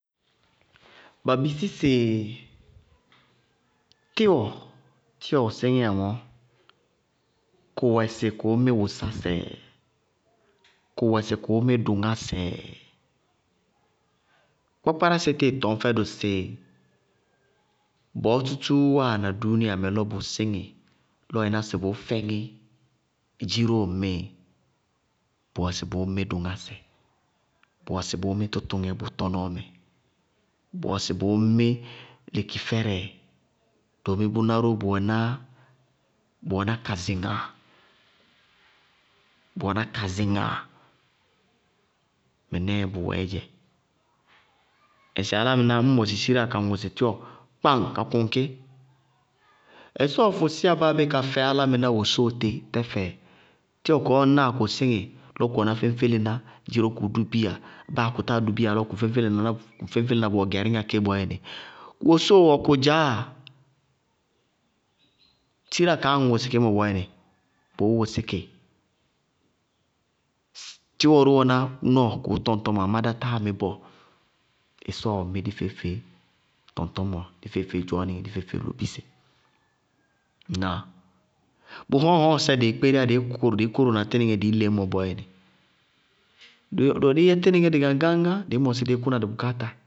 Ba bisí sɩ tíwɔ, tíwɔɔ síŋíya mɔɔ, kʋwɛ sɩ kʋʋ mí wʋsásɛɛ? Kʋwɛ sɩ kʋʋ mí dʋŋásɛɛ? Kpákpárásɛ tíɩ tɔñ fɛdʋ sɩ bɔɔ tútúú wáana dúúnia mɛ lɔ bʋ síŋɩ lɔ ɩ ná sɩ bʋʋ fɛŋí dziró ŋmíɩ bʋwɛ sɩ bʋʋ mí dʋŋásɛ, bʋwɛ sɩ bʋʋ mí tʋtʋŋɛ, bʋwɛ sɩ bʋʋ mí lekifɛrɛ, doomi bʋná ró, bʋ wɛná kazɩŋa, bʋ wɛná kazɩŋa. Mɩnɛɛ bʋwɛɛdzɛ, ŋsɩ álámɩná ñ mɔsɩ siráa ka ŋʋsɩ tíwɔ kpaŋ! Ka kʋŋ kí, ɩsɔɔ fɔsíyá báa bé ka fɛ álámɩná wosóo tí, tɛfɛ tíwɔ kɔɔ ñ náa kʋ síŋɩ lɔ kʋ wɛná féñfélená lɔ kʋ dʋ bíya báa kʋ táa dʋ bíya lɔ kʋ féñfélená wɛ gɛríŋa ké bɔɔyɛnɩ, wosóo wɛ kʋdzaá, siráa kaá ññ ŋʋsɩ kí mɔ bɔɔyɛnɩ, bʋʋ wʋsí kɩ. Tíwɔ ró wɛná nɔɔ kʋʋ tɔñ tɔmɔ amá dá táa mí bɔɔ, ɩssɔɔ mí dí feé-feé tɔŋtɔñmɔ, dí feé-feé dɩ dzɔɔnɩŋɛ, dí feé-feée lobíse. Ŋnáa? Bʋ hɔm hɔŋ sɛ dɩɩ kpéri yá dɩí kóro tínɩŋɛ dɩí leñ mɔ bɔɔyɛ, dɩwɛ dɩí yɛ tínɩŋɛ dɩgaŋgáñ ŋá, dɩí mɔsí dɩí kʋna dɩnbʋkááta.